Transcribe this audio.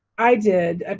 i did,